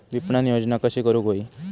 विपणन योजना कशी करुक होई?